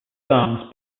songs